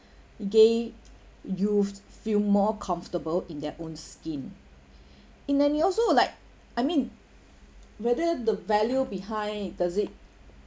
she actually she actually helped gay youth feel more comfortable in their own skin and then you also like I mean whether the value behind it does it